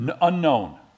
unknown